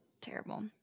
terrible